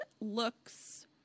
looks